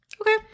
Okay